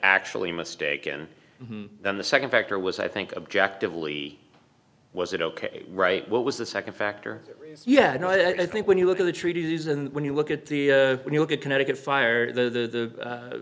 actually mistaken then the second factor was i think objective lee was it ok right what was the second factor yeah i think when you look at the treaties and when you look at the when you look at connecticut fire the